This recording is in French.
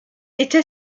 était